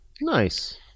Nice